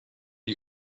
you